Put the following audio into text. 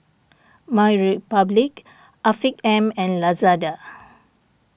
MyRepublic Afiq M and Lazada